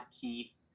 keith